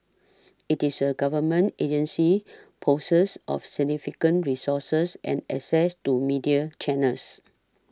it is a Government agency possessed of significant resources and access to media channels